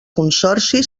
consorci